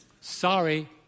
Sorry